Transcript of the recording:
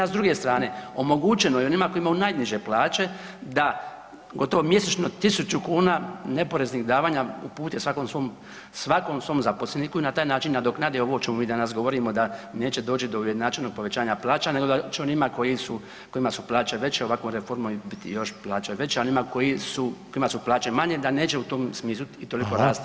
A s druge strane omogućeno je onima koji imaju najniže plaće da gotovo mjesečno 1.000 kuna neporeznih davanja uputi svakom svom, svakom svom zaposleniku i na taj način nadoknadi ovo o čemu mi danas govorimo da neće doći do ujednačenog povećanja plaća nego da će onima koji su, kojima su plaće veće ovakvom reformom biti još plaća veća, a onima koji su, kojima su plaće manje da neće u tom smislu i toliko rasti [[Upadica: Hvala]] plaće.